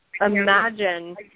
imagine